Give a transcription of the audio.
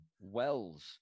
Wells